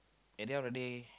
at the end of the day